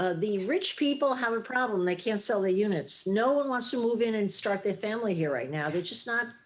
ah the rich people have a problem, they can't sell the units. no one wants to move in and start their family here right now. they're just not,